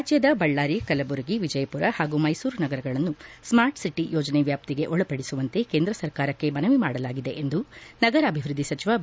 ರಾಜ್ಯದ ಬಳ್ಳಾರಿ ಕಲಬುರಗಿ ವಿಜಯಪುರ ಹಾಗೂ ಮೈಸೂರು ನಗರಗಳನ್ನು ಸ್ಮಾರ್ಟ್ಸಿಟಿ ಯೋಜನೆ ವ್ಯಾಪ್ತಿಗೆ ಒಳಪಡಿಸುವಂತೆ ಕೇಂದ್ರ ಸರ್ಕಾರಕ್ಕೆ ಮನವಿ ಮಾಡಲಾಗಿದೆ ಎಂದು ನಗರಾಭಿವೃದ್ದಿ ಸಚಿವ ಬಿ